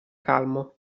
calmo